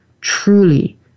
truly